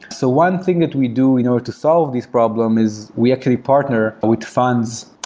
so one thing that we do in order to solve this problem, is we actually partner but with funds,